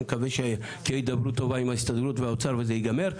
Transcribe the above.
אני מקווה שתהיה הידברות טובה עם ההסתדרות והאוצר וזה ייגמר.